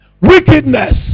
wickedness